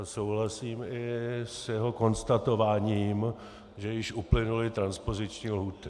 Souhlasím i s jeho konstatováním, že již uplynuly transpoziční lhůty.